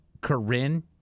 Corinne